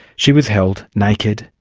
she was held, naked,